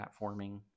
platforming